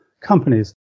companies